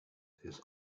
his